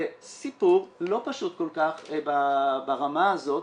זה סיפור לא פשוט כל כך ברמה הזאת.